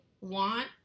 want